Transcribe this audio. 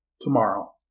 tomorrow